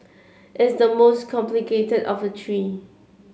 it's the most complicated of the three